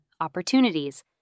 opportunities